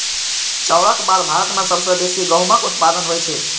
चाउरक बाद भारत मे सबसं बेसी गहूमक उत्पादन होइ छै